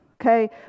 okay